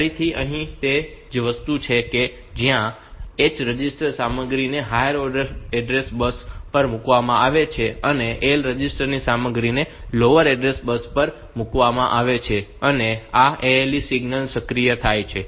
ફરીથી અહીં તે જ વસ્તુ છે કે જ્યાં આ H રજિસ્ટર સામગ્રીને હાયર ઓર્ડર એડ્રેસ બસ પર મૂકવામાં આવે છે અને L રજિસ્ટર સામગ્રીને લોઅર ઓર્ડર એડ્રેસ બસ પર મૂકવામાં આવે છે અને આ ALE સિગ્નલ સક્રિય થાય છે